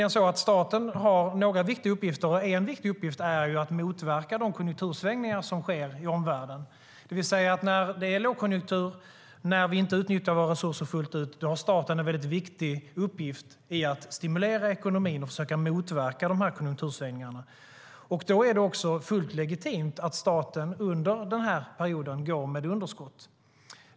En av statens viktiga uppgifter är att motverka de konjunktursvängningar som sker i omvärlden. När det är lågkonjunktur och vi inte utnyttjar våra resurser fullt ut har staten en viktig uppgift i att stimulera ekonomin och försöka motverka konjunktursvängningarna. Det är också fullt legitimt att staten går med underskott under denna period.